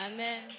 Amen